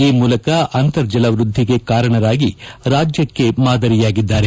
ಈ ಮೂಲಕ ಅಂತರ್ಜಲ ವೃದ್ದಿಗೆ ಕಾರಣರಾಗಿ ರಾಜ್ಯಕ್ಷೇ ಮಾದರಿಯಾಗಿದ್ದಾರೆ